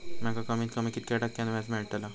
माका कमीत कमी कितक्या टक्क्यान व्याज मेलतला?